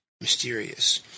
mysterious